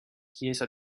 chiesa